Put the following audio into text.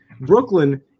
Brooklyn